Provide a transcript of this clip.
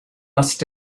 must